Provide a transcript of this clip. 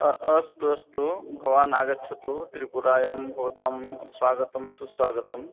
अ अस्तु अस्तु भवान् आगच्छतु त्रिपुरायां भवतां स्वागतं सुस्वागतम्